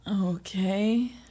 Okay